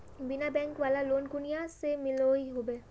बिना बैंक वाला लोन कुनियाँ से मिलोहो होबे?